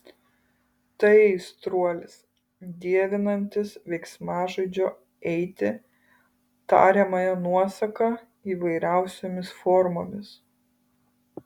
tai aistruolis dievinantis veiksmažodžio eiti tariamąją nuosaką įvairiausiomis formomis